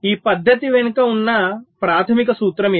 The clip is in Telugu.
ఈ పద్ధతి వెనుక ఉన్న ప్రాథమిక సూత్రం ఇది